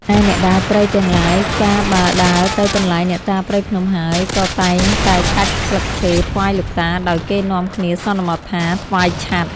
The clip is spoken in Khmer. ឯអ្នកដើរព្រៃទាំងឡាយ កាលបើដើរទៅកន្លែងអ្នកតាព្រៃភ្នំហើយ ក៏តែងតែកាច់ស្លឹកឈើ ថ្វាយលោកតា ដោយគេនាំគ្នាសន្មតថា ថ្វាយឆ័ត្រ។